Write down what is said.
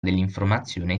dell’informazione